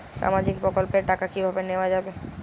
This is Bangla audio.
সামাজিক প্রকল্পের টাকা কিভাবে নেওয়া যাবে?